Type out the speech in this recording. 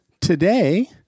Today